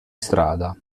strada